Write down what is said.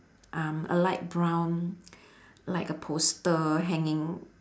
um a light brown like a poster hanging